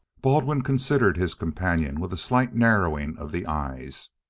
baldwin considered his companion with a slight narrowing of the eyes.